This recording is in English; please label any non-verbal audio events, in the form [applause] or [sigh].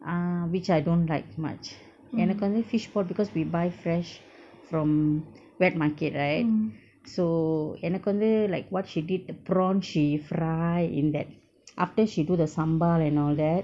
err which I don't like much எனக்கு வந்து:enakku vandthu fish போட்டு:pottu because we buy fresh from wet market right so எனக்கு வந்து:enakku vandthu like what she did the prawn she fry in that [noise] after she do the sambal and all that